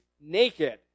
naked